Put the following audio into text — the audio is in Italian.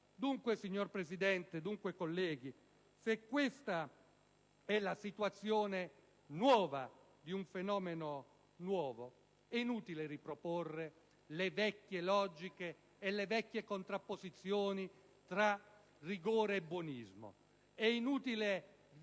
oggi. Signor Presidente, onorevoli colleghi, se questa è la situazione nuova di un fenomeno nuovo è inutile riproporre le vecchie logiche e le vecchie contrapposizioni tra rigore e buonismo. È inutile tornare